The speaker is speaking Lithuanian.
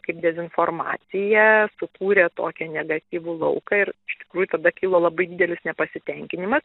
kaip dezinformaciją sukūrė tokį negatyvų lauką ir iš tikrųjų tada kilo labai didelis nepasitenkinimas